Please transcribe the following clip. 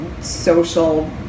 social